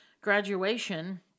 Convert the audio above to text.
graduation